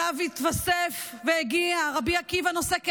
שאליו התווסף והגיע רבי עקיבא, נושא כליו,